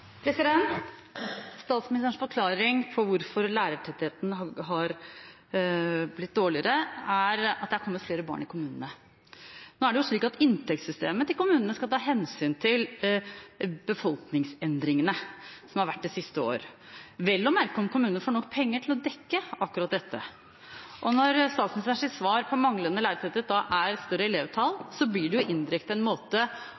at det er kommet flere barn i kommunene. Nå er det jo slik at inntektssystemet til kommunene skal ta hensyn til befolkningsendringene som har vært det siste året, vel å merke om kommunene får nok penger til å dekke akkurat dette. Når statsministerens svar på manglende lærertetthet da er større elevtall, blir det indirekte en måte